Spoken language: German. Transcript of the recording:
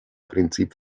prinzip